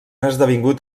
esdevingut